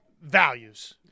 values